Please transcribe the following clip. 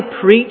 preach